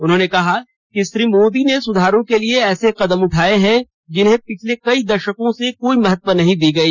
उन्होंने कहा कि श्री मोदी ने सुधारों के लिए ऐसे कदम उठाए हैं जिन्हें पिछले कई दशकों से कोई महत्व नहीं दी गई